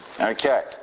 okay